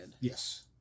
Yes